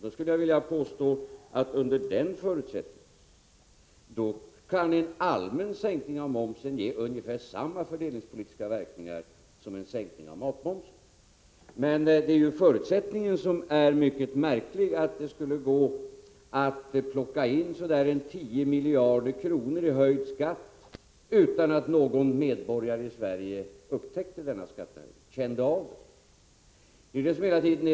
Jag skulle vilja påstå att under den förutsättningen kan en allmän sänkning av momsen ge ungefär samma fördelningspolitiska verkningar som en sänkning av matmomsen. Men det är ju förutsättningen som är mycket märklig: att det skulle gå att plocka in så där 10 miljarder kronor i höjd skatt utan att någon medborgare i Sverige kände av denna skattehöjning.